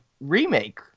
remake